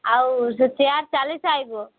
ଆଉ ସେ ଚେୟାର୍ ଆସିବ